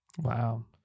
Wow